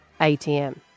ATM